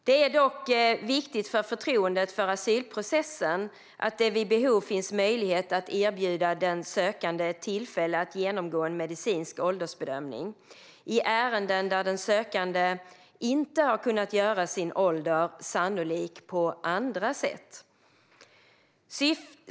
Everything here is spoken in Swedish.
Det är dock viktigt för förtroendet för asylprocessen att det vid behov finns möjlighet att erbjuda den sökande ett tillfälle att genomgå en medicinsk åldersbedömning i ärenden där den sökande inte har kunnat göra sin ålder sannolik på andra sätt.